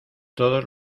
todos